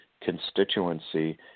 constituency